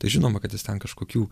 tai žinoma kad jis ten kažkokių